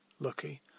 Lucky